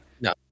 No